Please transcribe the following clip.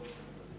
Hvala.